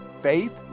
faith